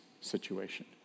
situation